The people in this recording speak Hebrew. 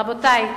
רבותי,